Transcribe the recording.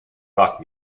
rock